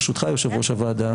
ברשותך יושב-ראש הוועדה,